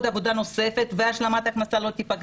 עבודה נוספת והשלמת ההכנסה לא תפגע